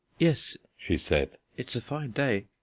yes, she said, it's a fine day.